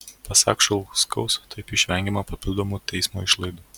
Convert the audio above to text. pasak šulskaus taip išvengiama papildomų teismo išlaidų